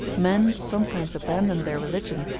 men sometimes abandon their religion,